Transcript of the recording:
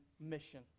mission